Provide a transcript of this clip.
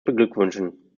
beglückwünschen